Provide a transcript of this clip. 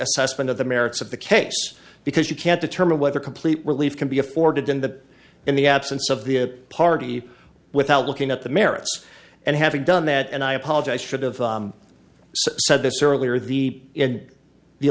assessment of the merits of the case because you can't determine whether complete relief can be afforded in that in the absence of the party without looking at the merits and having done that and i apologize should've said this earlier the in the